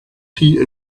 tea